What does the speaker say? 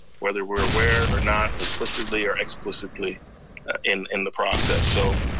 whether we're aware or not, implicitly or explicitly in in the process. so